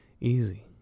easy